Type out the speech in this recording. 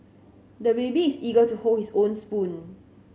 the baby is eager to hold his own spoon